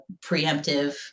preemptive